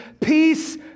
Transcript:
Peace